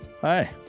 Hi